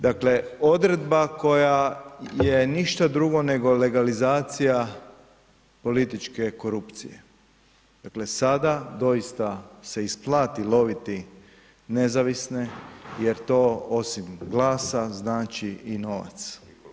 Dakle, odredba koja je ništa drugo nego legalizacija političke korupcije, dakle, sada doista se isplati loviti nezavisne jer to osim glasa, znači i novac.